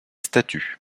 statues